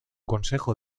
consejo